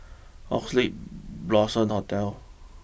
Oxley Blossom Hotel